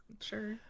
Sure